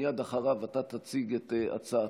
ומייד אחריו אתה תציג את הצעתך.